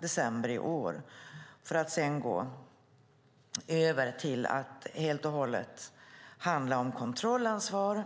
december i år. Sedan skulle det gå över till att helt och hållet handla om kontrollansvar.